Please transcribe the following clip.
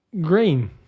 Green